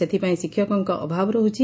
ସେଥିପାଇଁ ଶିକ୍ଷକଙ୍କ ଅଭାବ ରହ୍ରଛି